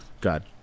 god